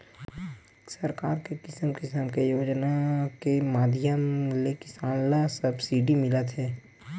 सरकार के किसम किसम के योजना के माधियम ले किसान ल सब्सिडी मिलत हे